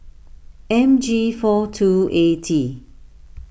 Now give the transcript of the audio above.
M G four two A T